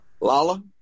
Lala